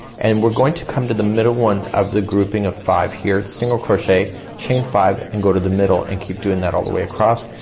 and we're going to come to the middle one of the grouping of five here, single crochet, chain five and go to the middle and keep doing that all the way across.